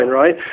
right